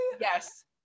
Yes